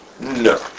No